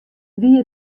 wie